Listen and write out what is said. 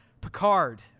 Picard